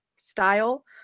style